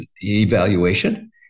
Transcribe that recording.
evaluation